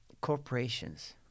corporations